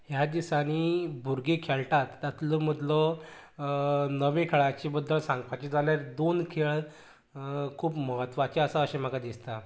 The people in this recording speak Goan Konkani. ह्या दिसांनी भुरगीं खेळटात तातलो मदलो नवे खेळाचे बद्दल सांगपाचें जालें दोन खेळ खूप महत्वाचे आसता अशें म्हाका दिसता